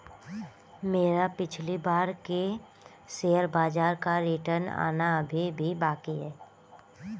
मेरा पिछली बार के शेयर बाजार का रिटर्न आना अभी भी बाकी है